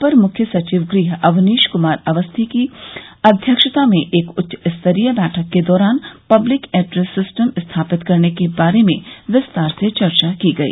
अपर मुख्य सचिव गृह अवनीश कुमार अवस्थी की अध्यक्षता में एक उच्चस्तरीय बैठक के दौरान पब्लिक एड्रेस सिस्टम स्थापित करने के बारे में विस्तार से चर्चा की गई